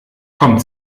kommt